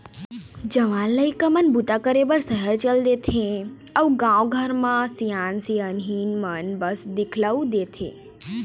जवान लइका मन बूता करे बर सहर चल देथे अउ गाँव घर म सियान सियनहिन मन बस दिखउल देथे